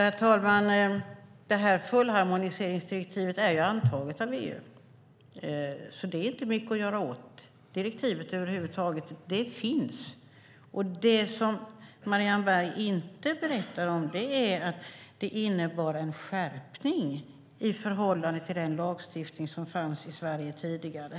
Herr talman! Detta fullharmoniseringsdirektiv är antaget av EU. Det är alltså inte så mycket att göra åt direktivet över huvud taget. Det finns, och det som Marianne Berg inte berättar är att det innebar en skärpning i förhållande till den lagstiftning som fanns i Sverige tidigare.